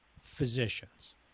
physicians